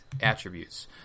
attributes